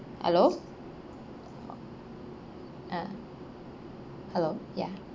hello ah hello ya